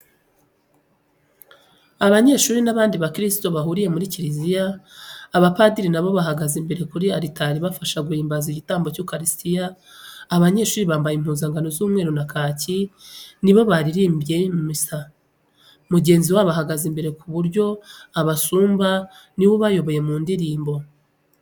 Abanyeshuri n'abandi bakirisitu bahuriye mu kiriziya, abapadiri nabo bahagaze imbere kuri aritari bafasha guhimbaza igitambo cy'ukarisitiya, abanyeshuri bambaye impuzankano z'umweru na kaki nibo baririmbye misa, mugenzi wabo ahagaze imbere ku buryo abasumba niwe ubayoboye mu ndirimbo.